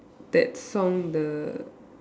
that song the